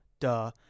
Duh